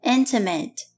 Intimate